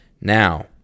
Now